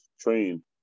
train